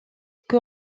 que